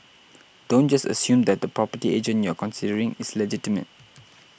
don't just assume that the property agent you're considering is legitimate